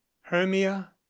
hermia